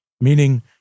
meaning